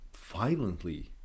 violently